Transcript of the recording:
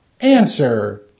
Answer